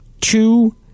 two